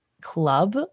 club